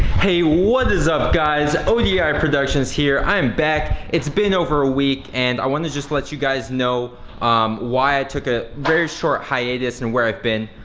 hey, what is up guys? odi productions here, i am back, it's been over a week, and i wanna just let you guys know why i took a very short hiatus and where i've been.